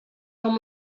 com